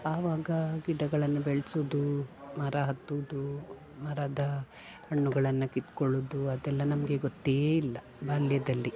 ಆವಾಗ ಗಿಡಗಳನ್ನು ಬೆಳೆಸುದು ಮರ ಹತ್ತುವುದು ಮರದ ಹಣ್ಣುಗಳನ್ನು ಕಿತ್ತುಕೊಳ್ಳುದು ಅದೆಲ್ಲ ನಮಗೆ ಗೊತ್ತೇ ಇಲ್ಲ ಬಾಲ್ಯದಲ್ಲಿ